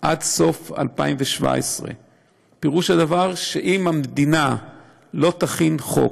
עד סוף 2017. פירוש הדבר, שאם המדינה לא תכין חוק,